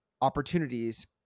opportunities